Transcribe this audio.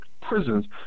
prisons